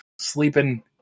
sleeping